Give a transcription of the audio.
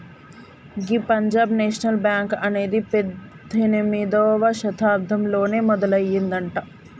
గీ Punjab National Bank అనేది పద్దెనిమిదవ శతాబ్దంలోనే మొదలయ్యిందట